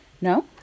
No